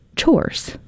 chores